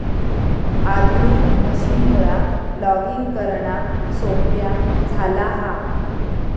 आधुनिक मशीनमुळा लॉगिंग करणा सोप्या झाला हा